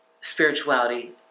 spirituality